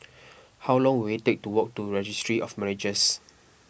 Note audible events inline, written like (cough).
(noise) How long will it take to walk to Registry of Marriages